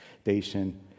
station